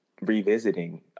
revisiting